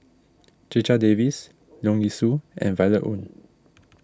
Checha Davies Leong Yee Soo and Violet Oon